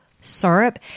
syrup